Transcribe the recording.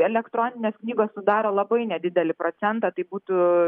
elektroninės knygos sudaro labai nedidelį procentą tai būtų